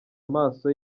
amaso